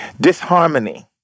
disharmony